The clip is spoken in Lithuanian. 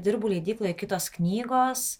dirbu leidykloje kitos knygos